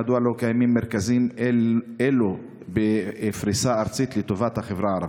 מדוע לא קיימים מרכזים אלו בפריסה ארצית לטובת החברה הערבית?